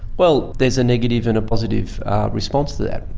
well, there's a negative and a positive response to that.